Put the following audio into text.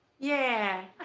yeah.